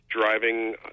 driving